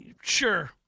sure